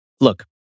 Look